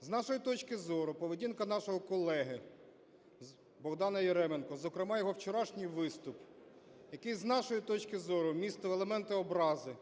З нашої точки зору, поведінка нашого колеги Богдана Яременка, зокрема його вчорашній виступ, який з нашої точки зору, містив елементи образи